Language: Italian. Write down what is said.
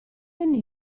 anni